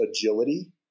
agility